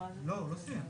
אבל לא סתם